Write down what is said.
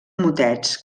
motets